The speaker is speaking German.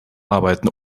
arbeiten